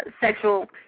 sexual